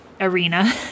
arena